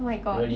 oh my god